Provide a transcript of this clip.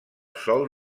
sòl